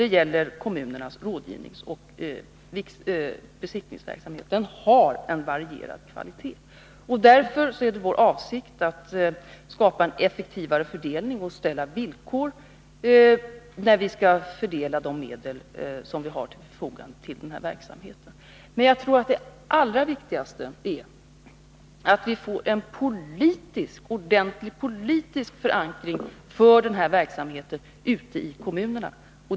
Det gäller kommunernas rådgivningsoch besiktningsverksamhet. Den har varierande kvalitet. Därför är det vår avsikt att skapa en effektivare fördelning och ställa villkor när vi skall fördela de medel som vi har till vårt förfogande för den här verksamheten. Men jag tror att det allra viktigaste är att vi får en ordentlig politisk förankring ute i kommunerna för den här verksamheten.